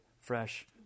fresh